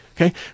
Okay